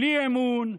בלי אמון.